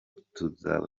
tuzaba